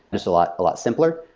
just a lot lot simpler.